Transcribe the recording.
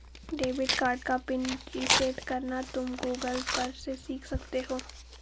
debit card का PIN reset करना तुम गूगल पर से सीख सकते हो